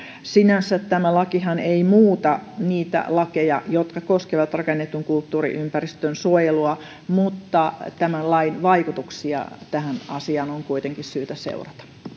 sinänsä tämä lakihan ei muuta niitä lakeja jotka koskevat rakennetun kulttuuriympäristön suojelua mutta lain vaikutuksia tähän asiaan on kuitenkin syytä